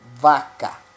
Vaca